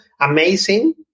amazing